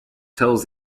tells